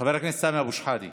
חבר הכנסת סמי אבו שחאדה.